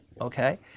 okay